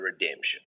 redemption